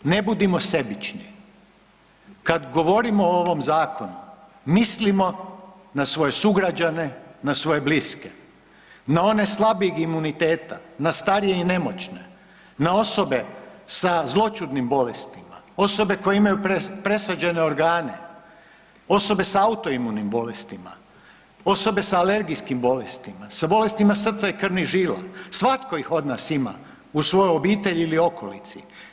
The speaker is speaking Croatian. Ne budimo sebični, kada govorimo o ovom zakonu mislimo na svoje sugrađane, na svoje bliske, na one slabijeg imuniteta, na starije i nemoćne, na osobe sa zloćudnim bolestima, osobe koje imaju presađene organe, osobe sa autoimunim bolestima, osobe sa alergijskim bolestima, sa bolestima srca i krvnih žila, svatko ih od nas ima u svojoj obitelji ili okolici.